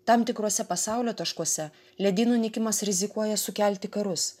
tam tikruose pasaulio taškuose ledynų nykimas rizikuoja sukelti karus